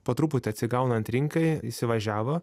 po truputi atsigaunant rinkai įsivažiavo